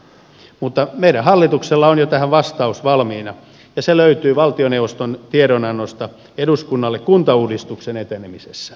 mutta meidän hallituksella on jo tähän vastaus valmiina ja se löytyy valtioneuvoston tiedonannosta eduskunnalle kuntauudistuksen etenemisestä